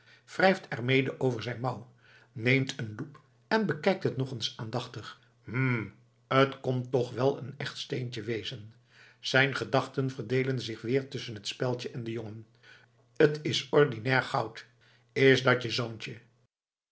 wrijft er mede over zijn mouw neemt een loep en bekijkt het nog eens aandachtig hm t kon toch wel een echt steentje wezen zijn gedachten verdeelen zich weer tusschen het speldje en den jongen t is ordinair goud is dat je zoontje